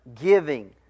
giving